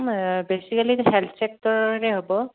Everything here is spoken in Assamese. বেচিকেলি হেল্থ চেক্টৰৰে হ'ব